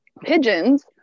pigeons